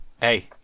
Hey